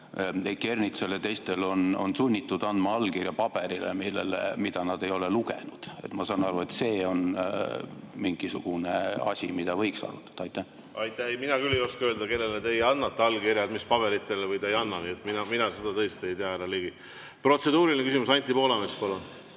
Ernitsat ja teisi on sunnitud andma allkirja paberile, mida nad ei ole lugenud? Ma saan aru, et see on mingisugune asi, mida võiks arutada. Aitäh! Mina küll ei oska öelda, kellele teie annate allkirjad, mis paberitele, või ei anna. Mina seda tõesti ei tea, härra Ligi. Protseduuriline küsimus, Anti Poolamets, palun!